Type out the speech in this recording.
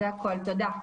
זה הכול, תודה.